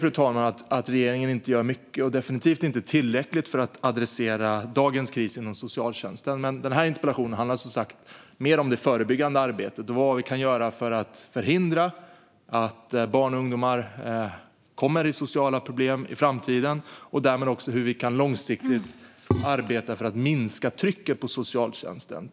Jag tycker att regeringen inte gör mycket och definitivt inte tillräckligt för att ta sig an dagens kris inom socialtjänsten. Men min interpellation handlar mer om det förebyggande arbetet och om vad vi kan göra för att förhindra att barn och ungdomar får sociala problem i framtiden och därmed hur vi långsiktigt kan arbeta för att minska trycket på socialtjänsten.